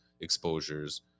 exposures